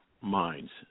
minds